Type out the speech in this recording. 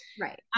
Right